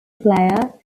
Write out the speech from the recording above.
player